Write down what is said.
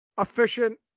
Efficient